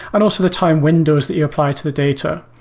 and also the time windows that you apply to the data.